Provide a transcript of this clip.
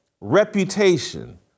reputation